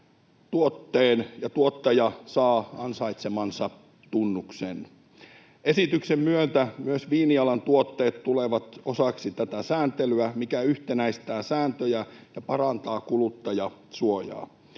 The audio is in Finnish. tuotteen, ja tuottaja saa ansaitsemansa tunnuksen. Esityksen myötä myös viinialan tuotteet tulevat osaksi tätä sääntelyä, mikä yhtenäistää sääntöjä ja parantaa kuluttajansuojaa.